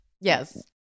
Yes